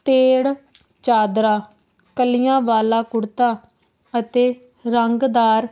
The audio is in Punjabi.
ਤੇੜ ਚਾਦਰਾ ਕਲੀਆਂ ਵਾਲਾ ਕੁੜਤਾ ਅਤੇ ਰੰਗਦਾਰ